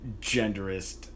genderist